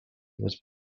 was